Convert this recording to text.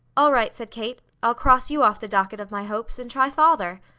all right, said kate, i'll cross you off the docket of my hopes, and try father.